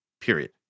period